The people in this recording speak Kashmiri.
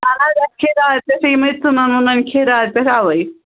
اَہَن حظ اسہِ کھیٚیہِ راتہٕ پیٚٹھٕ یِمے ژٕنَن وٕنَن کھیٚیہِ راتہٕ پیٚٹھٕ اَوے